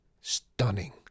Stunning